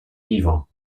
vivants